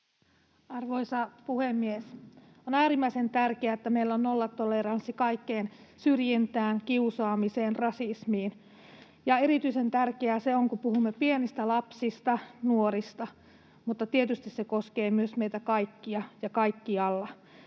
Arvoisa puhemies! On äärimmäisen tärkeää, että meillä on nollatoleranssi kaikkeen syrjintään, kiusaamiseen ja rasismiin, ja erityisen tärkeää se on, kun puhumme pienistä lapsista ja nuorista. Mutta tietysti se koskee myös meitä kaikkia ja kaikkialla.